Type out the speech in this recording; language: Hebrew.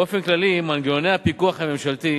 באופן כללי, מנגנוני הפיקוח הממשלתי,